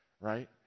right